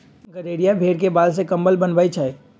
गड़ेरिया भेड़ के बाल से कम्बल बनबई छई